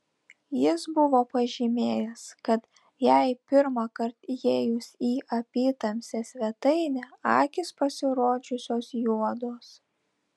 jis buvo pažymėjęs kad jai pirmąkart įėjus į apytamsę svetainę akys pasirodžiusios juodos